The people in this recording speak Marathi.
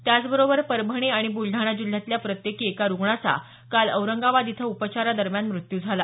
त्याचबरोबर परभणी आणि ब्रलडाणा जिल्ह्यातल्या प्रत्येकी एका रुग्णाचा काल औरंगाबाद इथं उपचारादरम्यान मृत्यू झाला